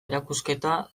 erakusketa